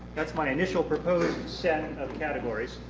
that's my initial proposed set of categories.